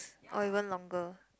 or even longer